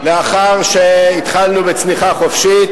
לאחר שהתחלנו בצניחה חופשית,